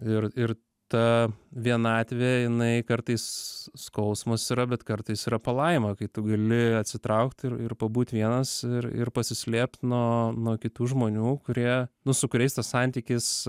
ir ir ta vienatvė jinai kartais skausmas yra bet kartais yra palaima kai tu gali atsitraukt ir ir pabūt vienas ir ir pasislėpt nuo nuo kitų žmonių kurie nu su kuriais tas santykis